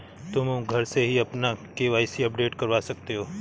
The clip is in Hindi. तुम घर से ही अपना के.वाई.सी अपडेट करवा सकते हो